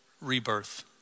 rebirth